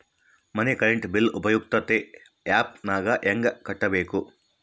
ಮನೆ current bill ಉಪಯುಕ್ತತೆ app ನಾಗ ಹೆಂಗ ಕಟ್ಟಬೇಕು?